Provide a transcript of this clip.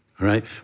right